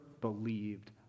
believed